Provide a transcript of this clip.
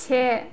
से